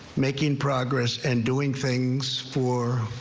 making progress and doing things for.